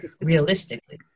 realistically